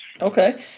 Okay